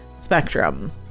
spectrum